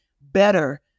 better